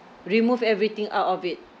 remove everything out of it